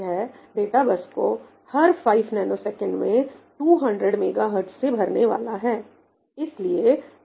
यह data bus को हर 5 ns में 200 मेगाहर्ट्ज से भरने वाला है